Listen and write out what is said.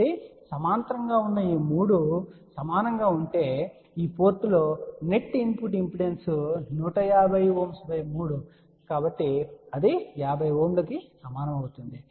కాబట్టి సమాంతరంగా ఉన్న ఈ 3 సమానంగా ఉంటే ఈ పోర్టులో నెట్ ఇన్పుట్ ఇంపిడెన్స్ 150 Ω 3 50 Ω గా ఉంటుంది